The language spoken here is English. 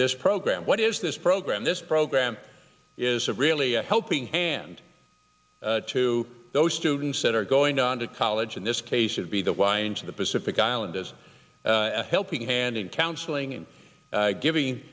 this program what is this program this program is a really a helping hand to those students that are going on to college in this case should be the winds of the pacific island as a helping hand in counseling and giving